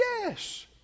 Yes